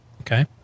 Okay